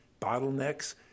bottlenecks